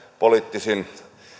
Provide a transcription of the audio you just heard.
poliittisin